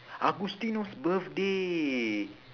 agustino's birthday